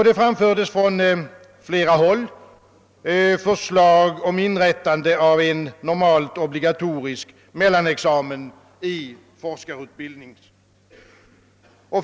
Det framfördes från flera håll förslag om inrättande av en normalt obligatorisk mellanexamen i forskarutbildningen.